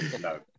no